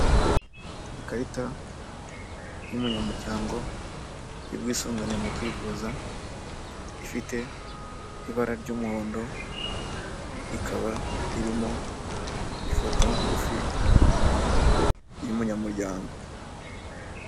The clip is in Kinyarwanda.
Ikarita y'umunyamuryango, y'ubwisungane mu kwivuza, ifite ibara ryumuhondo, ikaba irimo ifoto ngufi, y'umunyamuryango.